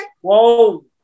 Whoa